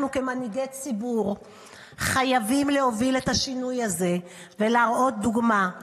אנחנו כמנהיגי ציבור חייבים להוביל את השינוי הזה ולהראות דוגמה,